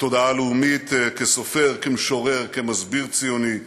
לתודעה הלאומית, כסופר, כמשורר, כמסביר ציוני,